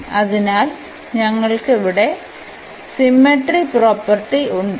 അതിനാൽ ഞങ്ങൾക്ക് ഇവിടെ സിമ്മെട്രി പ്രോപ്പർട്ടി ഉണ്ട്